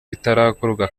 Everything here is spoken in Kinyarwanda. bitarakorwa